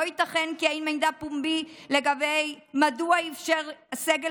לא ייתכן כי אין מידע פומבי לגבי מדוע אפשר סגל